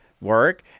work